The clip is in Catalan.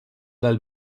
del